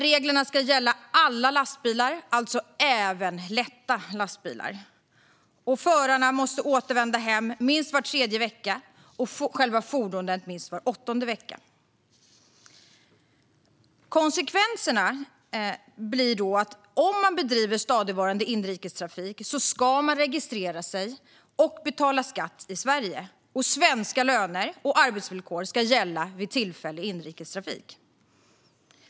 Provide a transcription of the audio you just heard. Reglerna ska gälla alla lastbilar, alltså även lätta lastbilar. Föraren måste återvända hem minst var tredje vecka och fordonet minst var åttonde vecka. Konsekvenserna blir att om man bedriver stadigvarande inrikestrafik ska man registrera sig och betala skatt i Sverige, och svenska löner och arbetsvillkor ska gälla även vid tillfällig inrikestrafik.